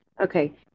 okay